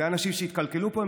אלה אנשים שהתקלקלו פה.